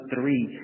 Three